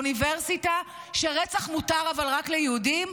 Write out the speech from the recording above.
באוניברסיטה, שרצח מותר אבל רק ליהודים?